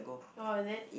or is it